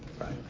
Right